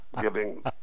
giving